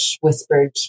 whispered